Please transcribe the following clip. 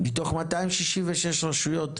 מתוך 266 רשויות,